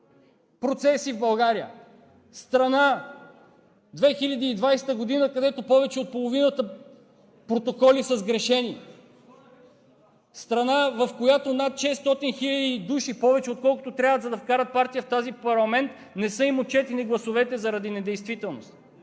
процеси в България – страна в 2020 г., където повече от половината протоколи са сгрешени! Страна, в която на над 600 хил. души – повече, отколкото трябват, за да вкарат партия в този парламент, не са им отчетени гласовете заради недействителност.